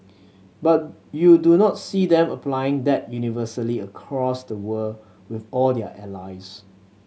but you do not see them applying that universally across the world with all their allies